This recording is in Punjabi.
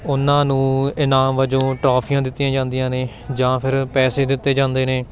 ਉਨ੍ਹਾਂ ਨੂੰ ਇਨਾਮ ਵਜੋਂ ਟਰੋਫੀਆਂ ਦਿੱਤੀਆਂ ਜਾਂਦੀਆਂ ਨੇ ਜਾਂ ਫਿਰ ਪੈਸੇ ਦਿੱਤੇ ਜਾਂਦੇ ਨੇ